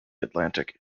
atlantic